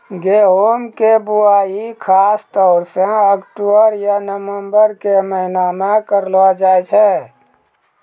गेहूँ के बुआई खासतौर सॅ अक्टूबर या नवंबर के महीना मॅ करलो जाय छै